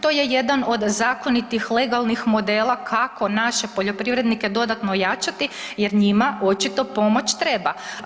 To je jedan od zakonitih legalnih modela kako naše poljoprivrednike dodatno ojačati jer njima očito pomoć treba.